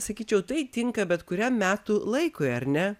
sakyčiau tai tinka bet kuriam metų laikui ar ne